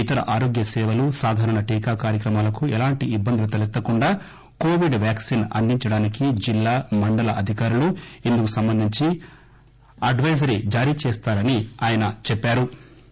ఇతర ఆరోగ్య సేవలు సాదారణ టీకా కార్యక్రమాలకు ఎలాంటి ఇబ్బందులు తలెత్తకుండా కోవిడ్ వాక్సిన్ అందించడానికి జిల్లా మండల అధికారులు ఇందుకు సంబంధించి అడ్వైజరింగ్ జారీచేస్తారని ఆయన చెప్పారు